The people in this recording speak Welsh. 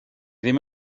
ddim